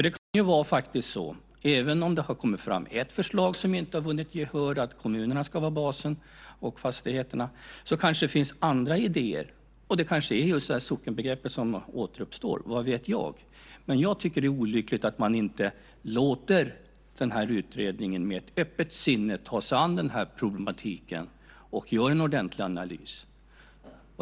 Det kan faktiskt vara så att även om det har kommit fram ett förslag som inte har vunnit gehör, det vill säga att kommunerna och fastigheterna ska vara basen, kanske det finns andra idéer. Det kanske är just sockenbegreppet som återuppstår, vad vet jag? Men jag tycker att det är olyckligt att man inte låter den här utredningen med öppet sinne ta sig an den här problematiken och göra en ordentlig analys.